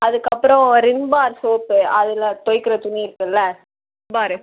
அதுக்கப்புறம் Rin bar soap அதில் துவைக்கிற துணி இருக்குதுல்ல பாரு